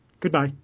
Goodbye